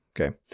okay